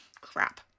Crap